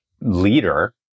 leader